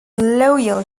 loyal